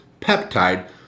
peptide